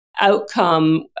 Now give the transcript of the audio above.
outcome